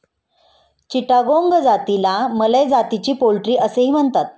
चिटागोंग जातीला मलय जातीची पोल्ट्री असेही म्हणतात